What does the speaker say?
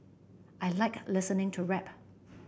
I like listening to rap